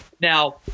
Now